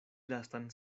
lastan